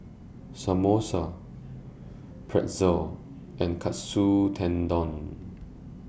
Samosa Pretzel and Katsu Tendon